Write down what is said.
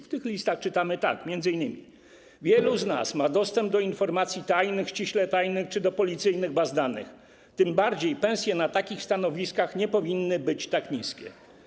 W tych listach czytamy, że m.in.: wielu z nas ma dostęp do informacji tajnych, ściśle tajnych czy do policyjnych baz danych, więc tym bardziej pensje na takich stanowiskach nie powinny być tak niskie.